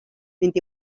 mynd